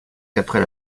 qu’après